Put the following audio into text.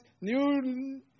new